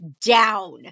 down